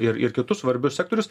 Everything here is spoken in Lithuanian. ir ir kitus svarbius sektorius